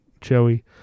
Joey